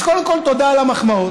אז קודם כול, תודה על המחמאות.